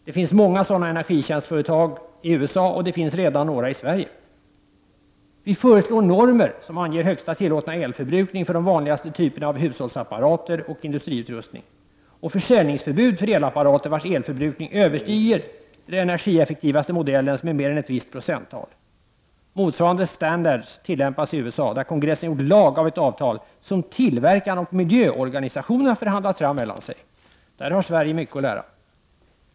Det finns många sådana energitjänstföretag i USA, och det finns redan några i Sverige. Vi föreslår normer som anger högsta tillåtna elförbrukning för de vanligaste typerna av hushållsapparater och industriutrustning samt försäljningsförbud för elapparater vars elförbrukning överstiger den energieffektivaste modellens med mer än ett visst procenttal. Motsvarande ”standards” tilläm pas i USA, där kongressen gjort lag av ett avtal som tillverkarna och miljöorganisationerna förhandlat fram mellan sig. Där har Sverige mycket att lära!